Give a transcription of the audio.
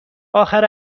آخر